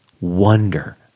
wonder